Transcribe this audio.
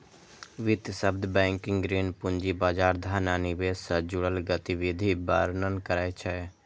वित्त शब्द बैंकिंग, ऋण, पूंजी बाजार, धन आ निवेश सं जुड़ल गतिविधिक वर्णन करै छै